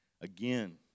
Again